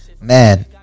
man